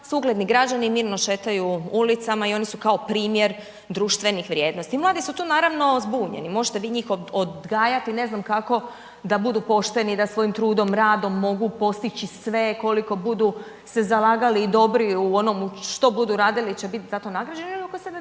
ugledni građani i mirno šetaju ulicama i oni su kao primjer društvenih vrijednosti. I mladi su tu naravno zbunjeni i možete vi njih odgajati ne znam kako da budu pošteni, da svojim trudom, radom, mogu postići sve, koliko budu se zalagali i dobri u onome što budu radili će biti za to nagrađeni …/Govornik